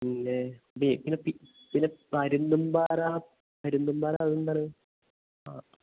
പിന്നെ പിന്നെ പിന്നെ പരുന്തുമ്പാറ പരുന്തുമ്പാറ അതെന്താണ് ആ